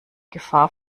gefahr